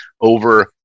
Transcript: over